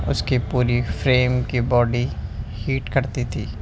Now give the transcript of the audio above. اس کی پوری فریم کی باڈی ہیٹ کرتی تھی